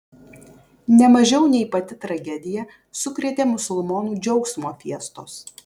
ne mažiau nei pati tragedija sukrėtė musulmonų džiaugsmo fiestos